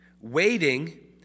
waiting